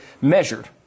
measured